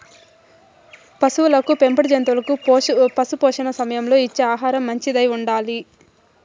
పసులకు పెంపుడు జంతువులకు పశుపోషణ సమయంలో ఇచ్చే ఆహారం మంచిదై ఉండాలి